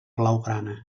blaugrana